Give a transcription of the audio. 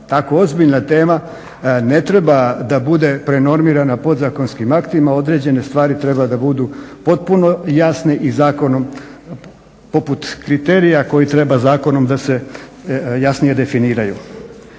Tako ozbiljna tema ne treba da bude prenormirana podzakonskim aktima, određene stvari treba da budu potpuno jasne poput kriterija koji treba zakonom da se jasnije definiraju.